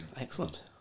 Excellent